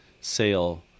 sale